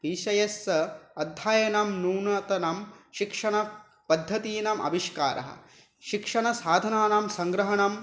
विषयस्स अध्ययनं नूतनं शिक्षणपद्धतिनां आविष्कारः शिक्षणसाधनानां संग्रहणं